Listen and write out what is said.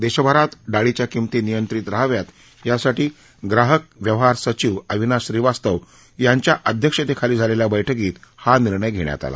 देशभरात डाळीच्या किंमती नियंत्रित रहाव्यात यासाठी ग्राहक व्यवहार सचिव अविनाश श्रीवास्तव यांच्या अध्यक्षतेखालील झालेल्या बहिकीत हा निर्णय घेण्यात आला